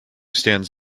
stands